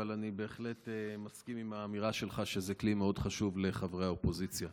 אבל אני בהחלט מסכים עם האמירה שלך שזה כלי מאוד חשוב לחברי האופוזיציה.